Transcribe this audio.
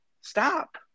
stop